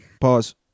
Pause